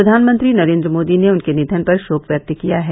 प्रधानमंत्री नरेन्द्र मोदी ने उनके निधन पर शोक व्यक्त किया है